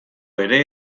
ere